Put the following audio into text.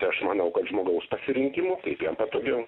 tai aš manau kad žmogaus pasirinkimu kaip jam patogiau